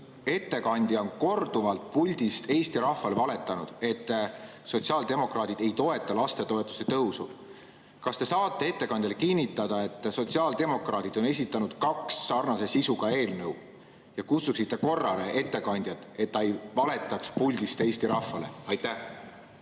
Ettekandja on korduvalt puldist Eesti rahvale valetanud, et sotsiaaldemokraadid ei toeta lastetoetuste tõusu. Kas te saate ettekandjale kinnitada, et sotsiaaldemokraadid on esitanud kaks sarnase sisuga eelnõu, ja kutsuksite ettekandjat korrale, et ta ei valetaks puldist Eesti rahvale? Austatud